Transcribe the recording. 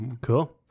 Cool